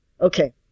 Okay